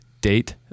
Date